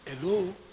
hello